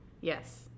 Yes